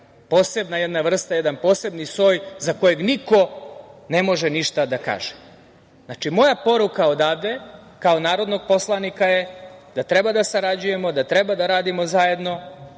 posebna jedna vrsta, jedan posebni soj za kojeg niko ne može ništa da kaže. Znači, moja poruka odavde kao narodnog poslanika je da treba da sarađujemo, da treba da radimo zajedno,